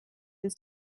his